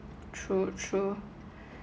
true true